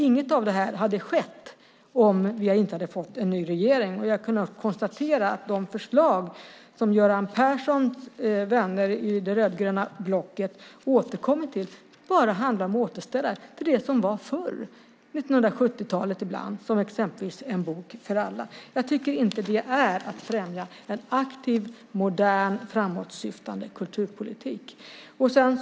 Inget av detta hade skett om vi inte hade fått en ny regering 2006, och jag kan konstatera att de förslag som Göran Perssons vänner i det rödgröna blocket återkommer till handlar om återställare till det som var förr, ibland på 1970-talet, som exempelvis En bok för alla. Jag tycker inte att det är att främja en aktiv, modern och framåtsyftande kulturpolitik.